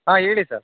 ಹಾಂ ಹೇಳಿ ಸರ್